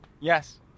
Yes